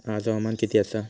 आज हवामान किती आसा?